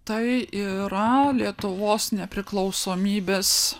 tai ir yra lietuvos nepriklausomybės